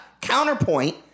counterpoint